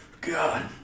God